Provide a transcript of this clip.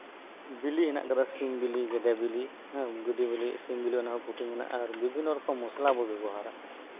ᱵᱮᱹᱞᱮᱹ ᱦᱮᱱᱟᱜ ᱟᱠᱟᱫᱟ ᱥᱤᱢ ᱵᱮᱹᱞᱮᱹ ᱜᱮᱰᱮ ᱵᱮᱹᱞᱮᱹ ᱮᱫ ᱜᱮᱰᱮ ᱵᱮᱹᱞᱮ ᱥᱤᱢ ᱵᱮᱹᱞᱮᱹ ᱚᱱᱟ ᱨᱮᱦᱚᱸ ᱯᱨᱚᱴᱤᱱ ᱦᱮᱱᱟᱜᱼᱟ ᱟᱨ ᱵᱤᱵᱷᱤᱱᱱᱚ ᱨᱚᱠᱚᱢ ᱢᱚᱥᱞᱟ ᱵᱚᱱ ᱵᱮᱵᱚᱦᱟᱨᱟ